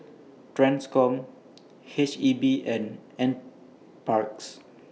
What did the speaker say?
TRANSCOM H E B and N Parks